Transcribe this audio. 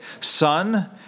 Son